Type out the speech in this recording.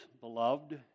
beloved